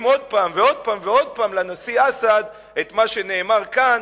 עוד פעם ועוד פעם ועוד פעם לנשיא אסד את מה שנאמר כאן,